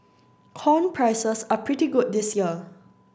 corn prices are pretty good this year